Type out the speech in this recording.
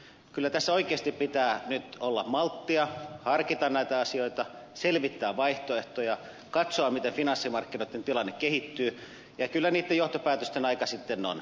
kyllä tässä oikeasti pitää nyt olla malttia harkita näitä asioita selvittää vaihtoehtoja katsoa miten finanssimarkkinoitten tilanne kehittyy ja kyllä niitten johtopäätösten aika sitten on